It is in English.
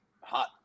hot